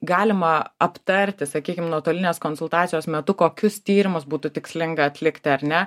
galima aptarti sakykim nuotolinės konsultacijos metu kokius tyrimus būtų tikslinga atlikti ar ne